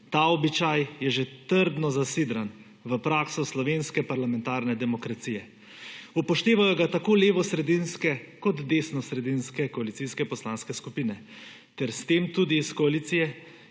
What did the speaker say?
Ta običaj je že trdno zasidran v prakso slovenske parlamentarne demokracije. Upoštevajo ga tako levosredinske, kot desnosredinske koalicijske poslanske skupine, 74. TRAK: (IP) – 16.35